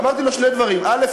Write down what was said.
ואמרתי לו שני דברים: א.